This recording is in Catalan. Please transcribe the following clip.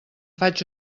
faig